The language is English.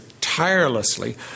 tirelessly